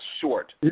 short